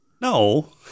No